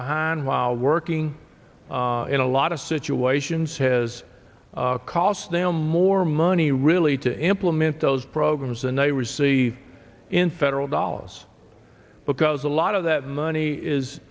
behind while working in a lot of situations has cost them more money really to implement those programs and they receive in federal dollars because a lot of that money is